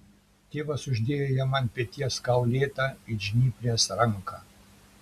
tėvas uždėjo jam ant peties kaulėtą it žnyplės ranką